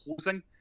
closing